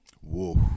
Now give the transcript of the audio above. Whoa